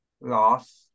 loss